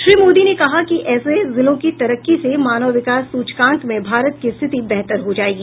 श्री मोदी ने कहा कि ऐसे जिलों की तरक्की से मानव विकास सूचकांक में भारत की संथिति बेहतर हो जाएगी